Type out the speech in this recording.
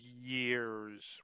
years